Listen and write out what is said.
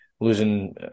losing